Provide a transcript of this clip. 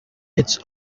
its